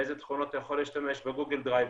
בגוגל דרייב,